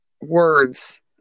words